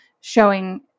showing